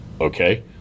Okay